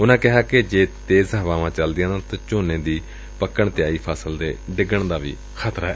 ਉਨਾਂ ਕਿਹਾ ਕਿ ਜੇ ਤੇਜ਼ ਹਵਾਵਾਂ ਚਲਦੀਆਂ ਨੇ ਤਾਂ ਝੋਨੇ ਦੀ ਪੱਕਣ ਤੇ ਆਈ ਫਸਲ ਦੇ ਡਿੱਗ ਜਾਣ ਦਾ ਖ਼ਤਰਾ ਏ